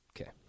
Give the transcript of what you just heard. Okay